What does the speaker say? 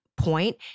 point